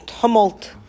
tumult